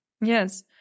Yes